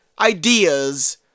Ideas